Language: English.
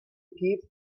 keep